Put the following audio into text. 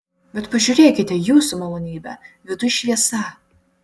bet pažiūrėkite jūsų malonybe viduj šviesa